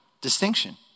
distinction